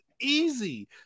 easy